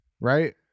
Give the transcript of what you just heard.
right